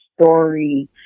story